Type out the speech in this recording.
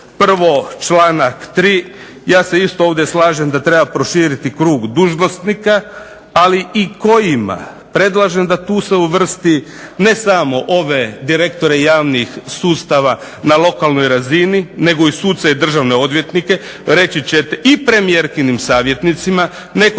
prvo članak 3. ja se isto ovdje slažem da treba proširiti krug dužnosnika, ali i kojim. Predlažem da se tu uvrsti ne samo direktore javnih sustava na lokalnoj razini, nego i suce i državne odvjetnike, i premijerkinim savjetnicima. Netko